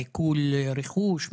עיקול רכוש,